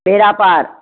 ॿेड़ा पार